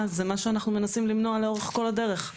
וזה מה שאנחנו מנסים למנוע לאורך כל הדרך.